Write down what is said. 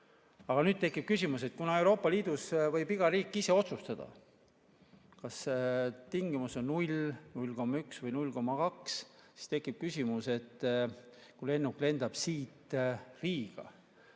oleksid kained. Aga kuna Euroopa Liidus võib iga riik ise otsustada, kas see tingimus on 0, 0,1 või 0,2, siis tekib küsimus, et kui lennuk lendab siit Riiga